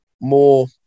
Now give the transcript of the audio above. more